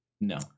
No